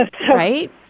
Right